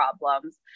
problems